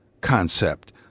concept